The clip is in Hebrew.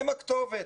הם הכתובת.